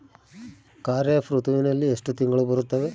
ಖಾರೇಫ್ ಋತುವಿನಲ್ಲಿ ಎಷ್ಟು ತಿಂಗಳು ಬರುತ್ತವೆ?